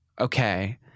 Okay